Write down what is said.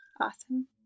Awesome